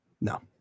no